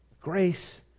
Grace